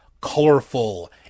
colorful